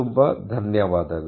ತುಂಬಾ ಧನ್ಯವಾದಗಳು